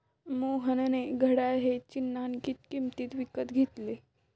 मोहनने हे घड्याळ चिन्हांकित किंमतीत विकत घेतले